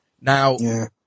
Now